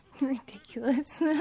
ridiculous